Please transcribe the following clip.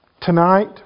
Tonight